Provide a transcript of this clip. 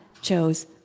chose